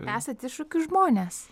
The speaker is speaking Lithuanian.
esat iššūkių žmonės